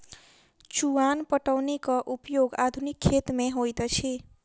चुआन पटौनीक उपयोग आधुनिक खेत मे होइत अछि